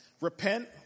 Repent